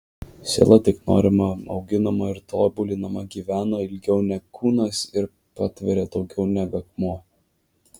siela tik norima auginama ir tobulinama gyvena ilgiau neg kūnas ir patveria daugiau neg akmuo